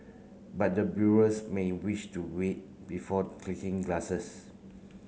but the brewers may wish to wait before clinking glasses